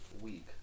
week